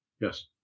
Yes